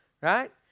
right